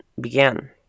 began